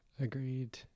Agreed